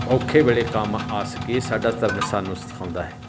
ਔਖੇ ਵੇਲੇ ਕੰਮ ਆ ਸਕੀਏ ਸਾਡਾ ਧਰਮ ਸਾਨੂੰ ਸਿਖਾਉਂਦਾ ਹੈ